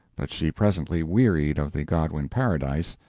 but she presently wearied of the godwin paradise,